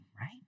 right